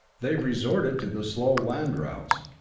they've resorted to the slow land routes.